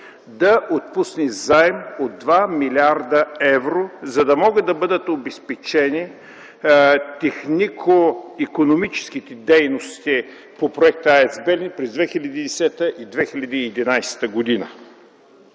да отпусне заем от 2 млрд. евро, за да могат да бъдат обезпечени технико-икономическите дейности по проекта АЕЦ „Белене” през 2010 и 2011 г.